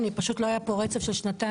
פשוט לא היה פה רצף של שנתיים,